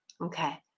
Okay